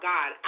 God